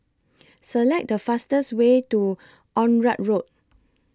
Select The fastest Way to Onraet Road